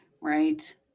right